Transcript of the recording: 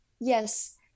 Yes